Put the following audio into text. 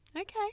Okay